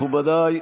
מכובדיי,